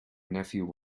nephew